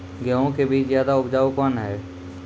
गेहूँ के बीज ज्यादा उपजाऊ कौन है?